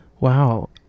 Wow